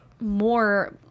more